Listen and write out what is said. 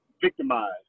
victimized